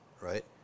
right